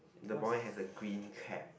the boy has a green tab